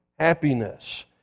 happiness